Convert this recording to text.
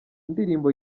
ndirimbo